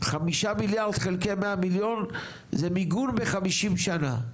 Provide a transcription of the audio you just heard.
5 מיליארד חלקי 100 מיליון זה מיגון ב-50 שנים.